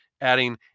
adding